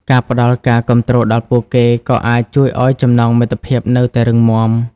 ការផ្តល់ការគាំទ្រដល់ពួកគេ ក៏អាចជួយឲ្យចំណងមិត្តភាពនៅតែរឹងមាំ។